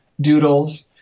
doodles